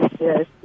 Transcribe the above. Yes